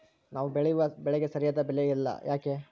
ನಾವು ಬೆಳೆಯುವ ಬೆಳೆಗೆ ಸರಿಯಾದ ಬೆಲೆ ಯಾಕೆ ಇರಲ್ಲಾರಿ?